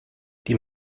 die